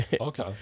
Okay